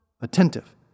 attentive